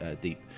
deep